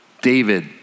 David